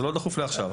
זה לא דחוף לעכשיו,